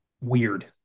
weird